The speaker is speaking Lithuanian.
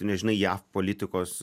tu nežinai jav politikos